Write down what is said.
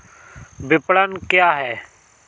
विपणन क्या है?